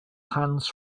hands